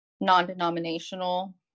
non-denominational